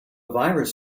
virus